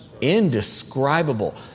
Indescribable